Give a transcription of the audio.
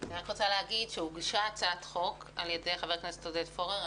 אני רוצה להגיד שהוגשה הצעת חוק על ידי חבר הכנסת עודד פורר.